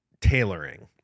tailoring